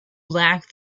lack